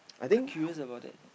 quite curious about that